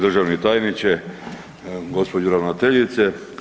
Državni tajniče, gospođo ravnateljice.